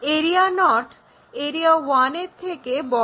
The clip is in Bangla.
এরিয়া নট এরিয়া 1 এর থেকে বড়